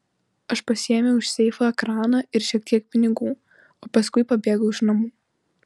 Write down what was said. aš pasiėmiau iš seifo ekraną ir šiek tiek pinigų o paskui pabėgau iš namų